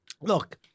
Look